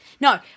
no